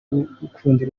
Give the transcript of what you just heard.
rw’urukundo